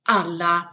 alla